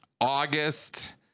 August